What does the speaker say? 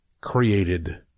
created